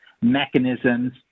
mechanisms